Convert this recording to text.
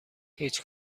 هیچ